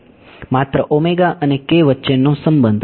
માત્ર અને k વચ્ચેનો સંબંધ